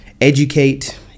Educate